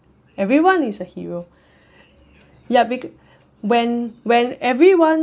everyone is a hero ya be~ when when everyone